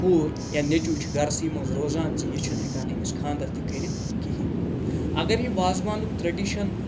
کوٗر یا نیٚچوٗ چھِ گَرسٕے منٛز روزان زِ یہِ چھُنہٕ ہیٚکان أمِس خانٛدَر تہِ کٔرِتھ کِہیٖنۍ اگر یہِ وازوانُک ٹرٛیڈِشَن